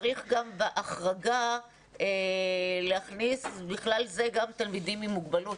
צריך בהחרגה להכניס לכלל זה גם תלמידים עם מוגבלות.